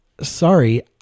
sorry